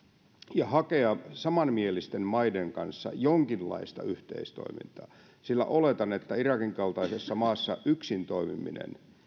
ja hakea samanmielisten maiden kanssa jonkinlaista yhteistoimintaa sillä oletan että irakin kaltaisessa maassa yksin toimiminen